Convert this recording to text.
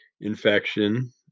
infection